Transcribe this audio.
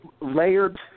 layered